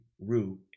root